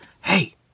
hey